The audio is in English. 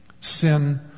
Sin